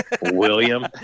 William